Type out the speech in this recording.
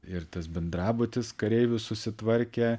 ir tas bendrabutis kareivių susitvarkė